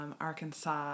Arkansas